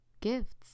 gifts